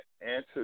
answer